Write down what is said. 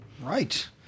right